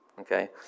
Okay